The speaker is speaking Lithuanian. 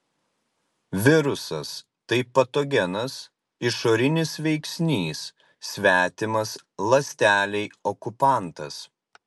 virusas tai patogenas išorinis veiksnys svetimas ląstelei okupantas